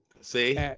See